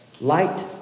light